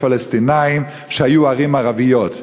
שהיו ערים ערביות?